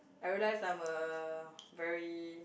I realize I'm a very